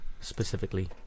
specifically